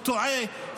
הוא טועה,